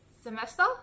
semester